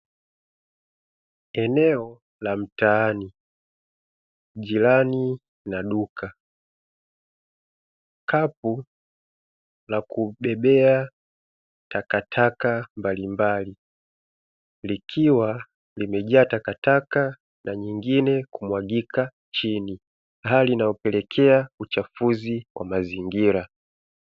Eneo la mtaani jirani na duka kapu la kubebea takataka mbalimbali likiwa limejaa takataka na nyingine kumwagika chini hali inayopelekea uchafuzi wa mazingira.